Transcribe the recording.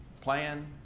plan